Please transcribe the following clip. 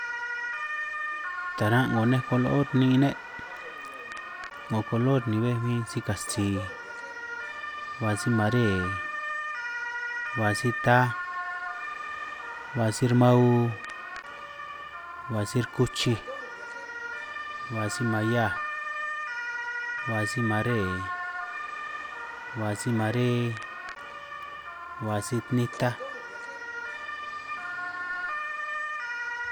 Taran' 'ngo nej kolo ni'in ne', 'ngo kolor ni bej bin si katsi, ba simaree, ba sitaj, ba sirmau, sirkuchij, hua si mahiaj, hua simaree, hua si mare, hua sitnitaj.